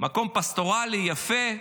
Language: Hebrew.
מקום פסטורלי ויפה.